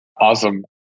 Awesome